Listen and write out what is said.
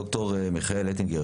ד"ר מיכאל אטינגר,